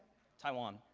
taiwan.